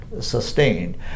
sustained